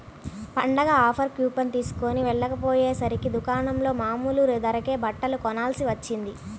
పండగ offer coupon తీస్కొని వెళ్ళకపొయ్యేసరికి దుకాణంలో మామూలు ధరకే బట్టలు కొనాల్సి వచ్చింది